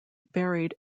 buried